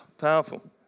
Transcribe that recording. powerful